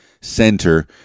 center